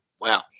Wow